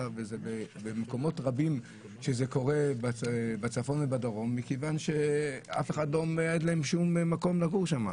גרתי בדירות משונות שאף אחד לא רצה לגור שם.